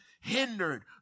hindered